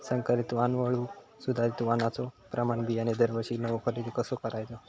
संकरित वाण वगळुक सुधारित वाणाचो प्रमाण बियाणे दरवर्षीक नवो खरेदी कसा करायचो?